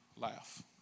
Laugh